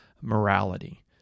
morality